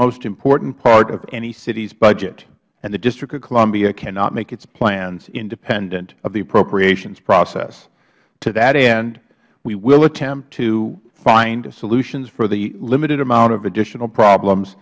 most important part of any citys budget and the district of columbia cannot make its plans independent of the appropriations process to that end we will attempt to find solutions for the limited amount of additional problems